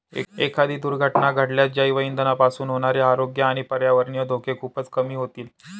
एखादी दुर्घटना घडल्यास जैवइंधनापासून होणारे आरोग्य आणि पर्यावरणीय धोके खूपच कमी होतील